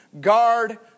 guard